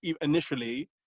initially